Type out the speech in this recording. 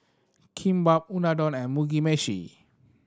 Kimbap Unadon and Mugi Meshi